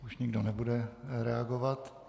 Už nikdo nebude reagovat.